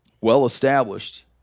well-established